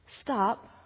stop